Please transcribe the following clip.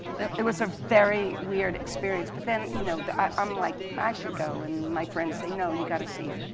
it was a very weird experience. but then you know i'm like, i should go. and my friends say, no, you got to see him.